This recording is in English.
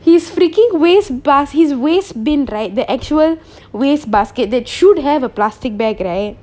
he's freaking waste bas~ he's waste bin right the actual waste basket that should have a plastic bag right